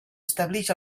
establix